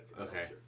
okay